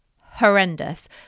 horrendous